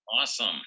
Awesome